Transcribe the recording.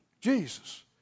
Jesus